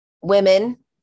women